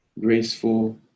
graceful